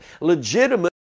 legitimate